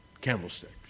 candlesticks